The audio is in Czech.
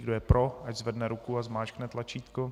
Kdo je pro, ať zvedne ruku a zmáčkne tlačítko.